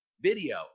video